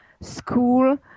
school